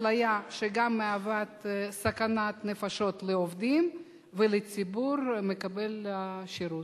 אפליה שגם מהווה סכנת נפשות לעובדים ולציבור מקבל השירות.